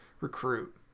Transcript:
recruit